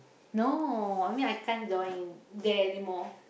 no I mean I can't join there anymore